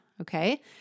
okay